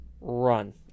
run